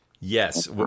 Yes